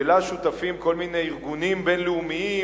שלה שותפים כל מיני ארגונים בין-לאומיים,